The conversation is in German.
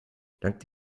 dank